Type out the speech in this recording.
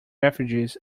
refugees